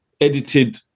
edited